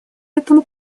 этому